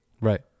Right